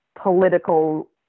political